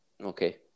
Okay